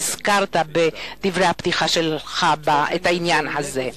הזכרת בדברי הפתיחה שלך את העניין הזה,